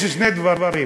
יש שני דברים: